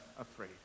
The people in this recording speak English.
afraid